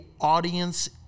audience